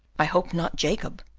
i hope not jacob.